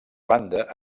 banda